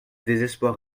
désespoir